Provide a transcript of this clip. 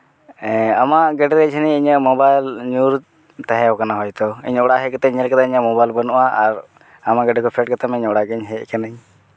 ᱮᱜ ᱟᱢᱟᱜ ᱜᱟᱹᱰᱤᱨᱮ ᱡᱟᱹᱱᱤᱡ ᱤᱧᱟᱹᱜ ᱢᱳᱵᱟᱭᱤᱞ ᱧᱩᱨ ᱛᱟᱦᱮ ᱠᱟᱱᱟ ᱦᱚᱭᱛᱳ ᱤᱧᱟᱹᱜ ᱚᱲᱟᱜ ᱦᱮᱡ ᱠᱟᱛᱮᱫ ᱧᱮᱞ ᱠᱮᱫᱟ ᱤᱧᱟᱹᱜ ᱢᱳᱵᱟᱭᱤᱞ ᱵᱟᱹᱱᱩᱜᱼᱟ ᱟᱨ ᱟᱢᱟᱜ ᱜᱟᱹᱰᱤ ᱠᱷᱚᱡ ᱯᱷᱮᱰ ᱠᱟᱛᱮᱫ ᱢᱟ ᱤᱧᱟᱹᱜ ᱚᱲᱟᱜ ᱜᱮ ᱦᱮᱡ ᱠᱟᱹᱱᱟᱹᱧ